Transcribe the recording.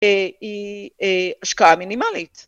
היא השקעה מינימלית.